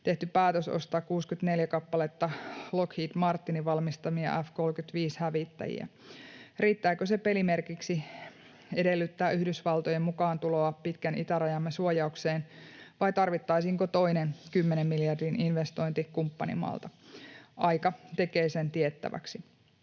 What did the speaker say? tehty päätös ostaa 64 kappaletta Lockheed Martinin valmistamia F-35-hävittäjiä. Riittääkö se pelimerkiksi edellyttää Yhdysvaltojen mukaantuloa pitkän itärajamme suojaukseen, vai tarvittaisiinko toinen kymmenen miljardin investointi kumppanimaalta? Aika tekee sen tiettäväksi.